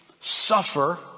suffer